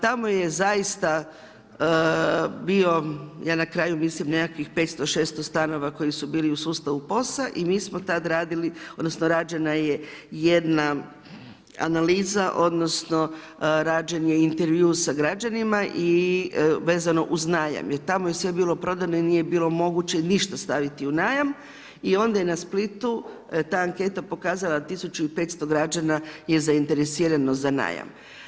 Tamo je zaista bio ja na kraju mislim, nekakvih 500, 600 stanova koji su bili u sustavu POS-a i mi smo tad radili, odnosno, rađena je jedna analiza, odnosno, rađen je intervju sa građanima i vezano uz najam, jer tamo je sve bilo prodano i nije bilo moguće ništa staviti u najam i onda je na Splitu, ta anketa pokazala 1500 građana je zainteresirano za najam.